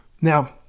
Now